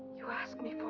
you ask me for. i,